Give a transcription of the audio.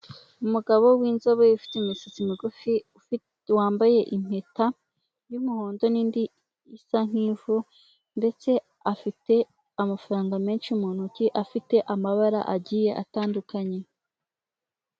Umugabo w'inzobe ufite imisatsi migufi wambaye impeta y'umuhondo nindi isa nk'ivu ndetse afite amafaranga menshi mu ntoki afite amabara agiye atandukanye.